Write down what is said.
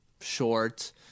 short